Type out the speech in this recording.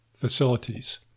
facilities